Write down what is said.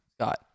Scott